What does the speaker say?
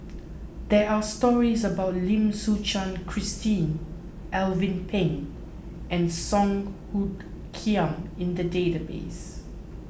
there are stories about Lim Suchen Christine Alvin Pang and Song Hoot Kiam in the database